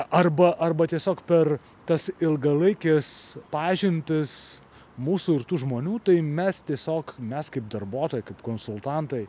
arba arba tiesiog per tas ilgalaikes pažintis mūsų ir tų žmonių tai mes tiesiog mes kaip darbuotojai kaip konsultantai